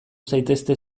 zaitezte